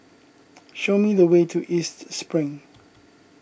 show me the way to East Spring